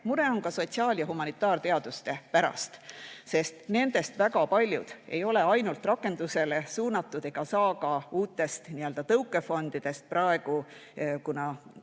Mure on ka sotsiaal- ja humanitaarteaduste pärast, sest nendest väga paljud ei ole ainult rakendusele suunatud ega saa ka uutest tõukefondidest praegu raha